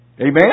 Amen